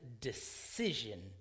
decision